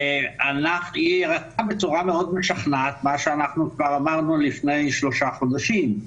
היא אמרה בצורה מאוד משכנעת מה שאנחנו כבר אמרנו לפני שלושה חודשים.